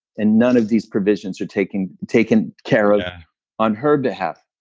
and none of these provisions are taken taken care of on her behalf.